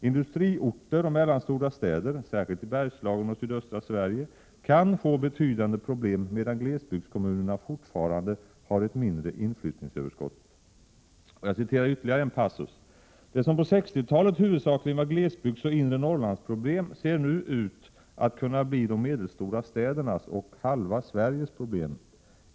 Industriorter och mellanstora städer — särskilt i Bergslagen och sydöstra Sverige — kan få betydande problem, medan glesbygdskommunerna fortfarande har ett mindre inflyttningsöverskott.” Jag citerar ytterligare en passus: ”Det som på 60-talet huvudsakligen var glesbygdsoch inre Norrlandsproblem ser nu ut att kunna bli de medelstora städernas och halva Sveriges problem.